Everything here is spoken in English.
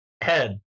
head